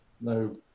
No